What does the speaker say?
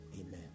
amen